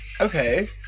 okay